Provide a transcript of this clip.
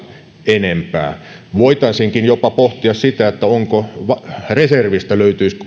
enempää voitaisiinkin jopa pohtia sitä löytyisikö reservistä